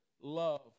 love